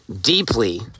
deeply